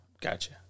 Gotcha